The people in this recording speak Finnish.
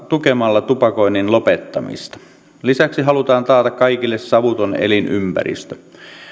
tukemalla tupakoinnin lopettamista lisäksi halutaan taata kaikille savuton elinympäristö